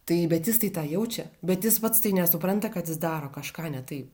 tai bet jis tai tą jaučia bet jis pats tai nesupranta kad jis daro kažką ne taip